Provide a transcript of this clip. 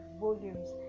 volumes